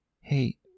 Hey